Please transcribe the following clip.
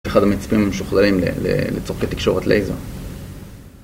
אחד המיצפים המשוכללים לצורכי תקשורת לייזר